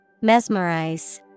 Mesmerize